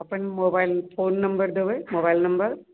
अपन mobile phone number देबै mobile number